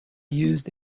used